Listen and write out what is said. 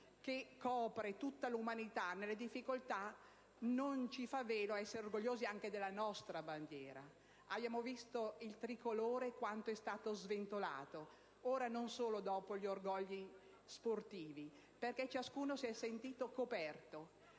che copre tutta l'umanità nelle difficoltà, non ci fa velo essere orgogliosi anche della nostra bandiera. Abbiamo visto quanto il tricolore sia stato sventolato, non solo dopo le affermazioni sportive, perché ciascuno se ne è sentito coperto.